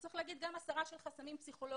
צריך לומר שגם הסרה של חסמים פסיכולוגיים.